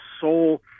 soul